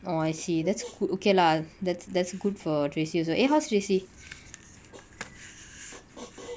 oh I see that's cool okay lah that's that's good for tracy also eh how's tracy